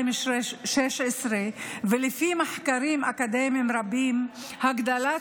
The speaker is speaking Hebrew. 2016, ולפי מחקרים אקדמיים רבים, הגדלת